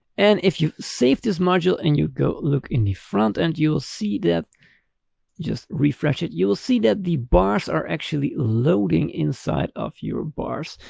and if you save this module and you go look in the front end, you'll see that just refresh it, you'll see that the bars are actually loading inside of your bars.